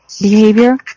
behavior